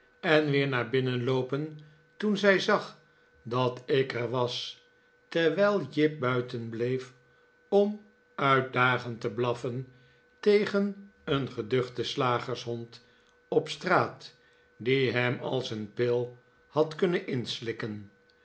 en weer naar binnen loopen toen zij zag dat ik er was terwijl jip buiten bleef om uitdagend te blaffen tegen een geduchten slagershond op straat die hem als een pil had kunnen inslikken